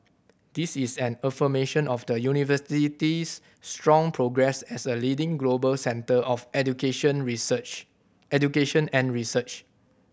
this is an affirmation of the University's strong progress as a leading global centre of education research education and research